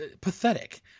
pathetic